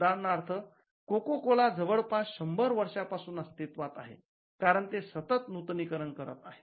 उदाहरणार्थ Coca Cola जवळपास शंभर वर्षांपासून अस्तित्वात आहे कारण ते सतत नूतनीकरण करत आहेत